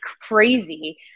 crazy